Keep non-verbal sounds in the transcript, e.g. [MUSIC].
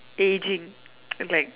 daydream [NOISE] like